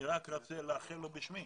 אני רוצה לאחל לו בשמי